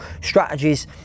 strategies